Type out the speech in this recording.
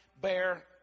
bear